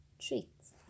treats